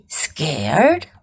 scared